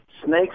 snakes